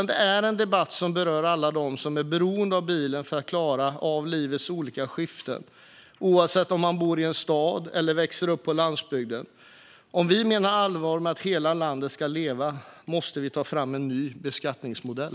Det är en debatt som berör alla dem som är beroende av bilen för att klara av livets olika skiften, oavsett om man bor i en stad eller växer upp på landsbygden. Om vi menar allvar med att hela landet ska leva måste vi ta fram en ny beskattningsmodell.